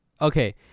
Okay